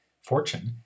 Fortune